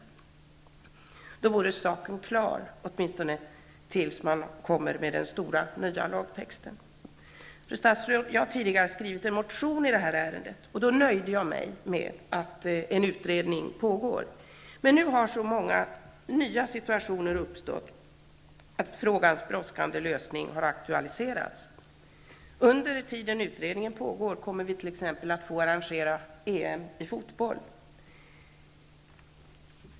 Med en sådan formulering vore saken klar, åtminstone tills man kommer med den stora, nya lagtexten. Fru statsråd! Jag har tidigare skrivit en motion i det här ärendet, och då nöjde jag mig med att en utredning pågår. Men nu har så många nya situationer uppstått att frågans brådskande lösning har aktualiserats. Under tiden utredningen pågår kommer vi t.ex. att få arrangera EM i fotboll.